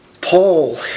Paul